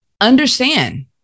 understand